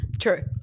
True